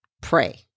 pray